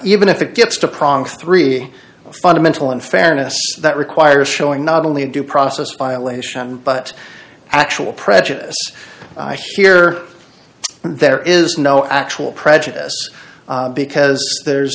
even if it gets to prong three fundamental unfairness that requires showing not only a due process violation but actual prejudice here there is no actual prejudice because there's